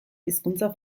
hizkuntza